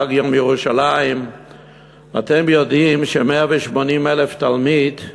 אתם יודעים ש-180,000 תלמידים